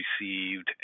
received